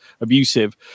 abusive